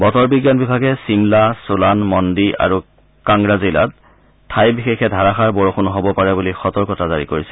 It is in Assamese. বতৰ বিজ্ঞান বিভাগে ছিমলা ছোলান মন্দি আৰু কাংগ্ৰা জিলাত ঠাই বিশেষে ধাৰাযাৰ বৰষুণ হ'ব পাৰে বুলি সতৰ্কতা জাৰি কৰিছে